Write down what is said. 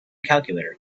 calculator